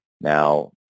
now